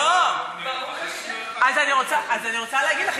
אז אני רוצה להגיד לך,